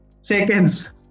Seconds